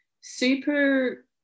super